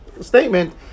statement